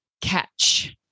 catch